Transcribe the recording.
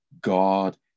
God